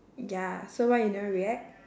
ya so why you never react